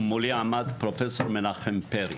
ומולי עמד פרופ' מנחם פרי.